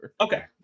Okay